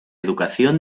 educación